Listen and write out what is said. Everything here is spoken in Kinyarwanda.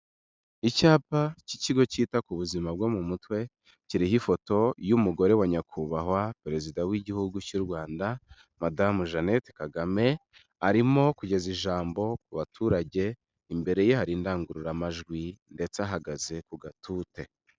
Icyapa k'ikigo cyita ku buzima bwo mu mutwe kiriho ifoto y'umugore wa nyakubahwa perezida w'igihugu cy'uRwanda madamu Jeanete Kagame arimo kugeza ijambo ku baturage, imbere indangururamajwi ndetse ahagaze ku gatuti.